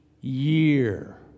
year